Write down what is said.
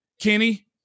Kenny